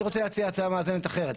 אני רוצה להציג הצעה מאזנת אחרת.